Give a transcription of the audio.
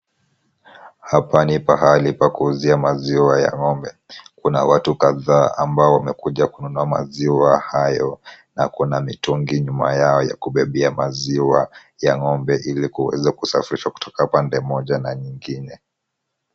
Hapa ni pahali pa kuuzia maziwa ya ng'ombe, kuna watu kadhaa ambao wamekuja kununua maziwa hayo na kuna mitungi nyuma yao ya kubebea maziwa ya ng'ombe ili kuweza kusafirishwa kutoka pande moja na nyingine.